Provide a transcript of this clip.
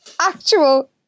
actual